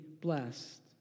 blessed